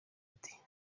ati